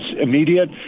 immediate